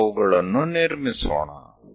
ನಾವು ಅವುಗಳನ್ನು ನಿರ್ಮಿಸೋಣ